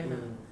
mm